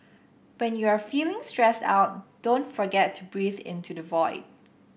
when you are feeling stressed out don't forget to breathe into the void